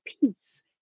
peace